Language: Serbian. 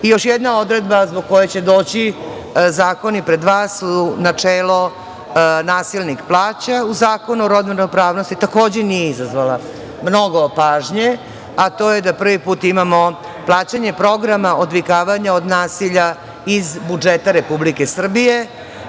jedna odredba zbog koje će doći zakoni su pred vas su načelo - nasilnik plaća u Zakonu o rodnoj ravnopravnosti, takođe nije izazvala mnogo pažnje, a to je da prvi put imamo plaćanje programa odvikavanja od nasilja iz budžeta Republike Srbije